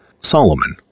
Solomon